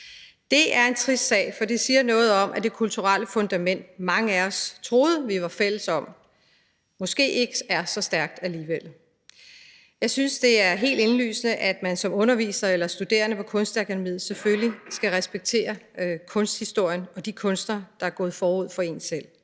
Det er en trist sag, for den siger noget om, at det kulturelle fundament, mange af os troede vi var fælles om, måske ikke er så stærkt alligevel. Jeg synes, det er helt indlysende, at man som underviser eller studerende på Kunstakademiet selvfølgelig skal respektere kunsthistorien og de kunstnere, der er gået forud for en selv.